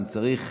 אם צריך.